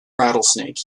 rattlesnake